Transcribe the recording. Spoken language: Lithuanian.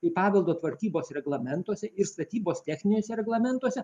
į paveldo tvarkybos reglamentuose ir statybos techniniuose reglamentuose